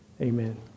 Amen